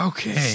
Okay